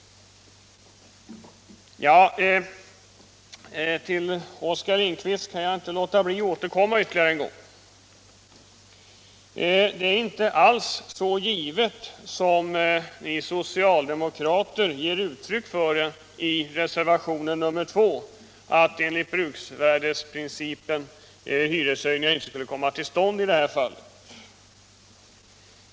Till herr Lindkvist kan jag inte låta bli att återkomma ytterligare en gång. Det är inte alls så givet, som ni socialdemokrater ger uttryck för i reservationen 2, att enligt bruksvärdesprincipen hyreshöjningar inte skulle kunna komma till stånd i detta fall.